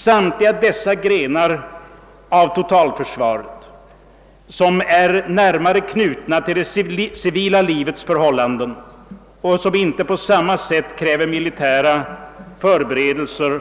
Samtliga dessa grenar måste i ett framtida försvar, som är närmare knutet till det civila livets förhållanden och som inte på samma sätt som det nuvarande försvaret kräver militära förberedelser